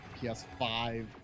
PS5